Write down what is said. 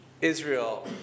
Israel